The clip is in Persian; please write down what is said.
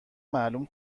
معلوم